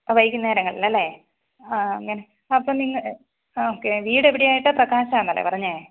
വൈകുന്നേരങ്ങളിൽ അല്ലേ അപ്പം നിങ്ങൾ ഓക്കെ വീട് എവിടെ ആയിട്ടാണ് പ്രകാശാന്നല്ലേ പറഞ്ഞത്